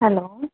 hello